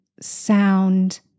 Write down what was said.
sound